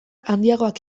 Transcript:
handiagoak